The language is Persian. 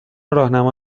راهنما